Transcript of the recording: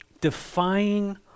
defying